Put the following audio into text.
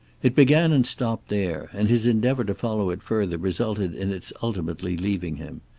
it began and stopped there, and his endeavor to follow it further resulted in its ultimately leaving him.